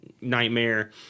Nightmare